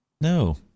no